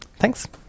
Thanks